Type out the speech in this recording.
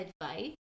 advice